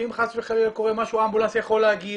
שאם חס וחלילה קורה משהו אמבולנס יכול להגיע,